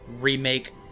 remake